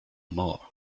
more